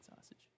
sausage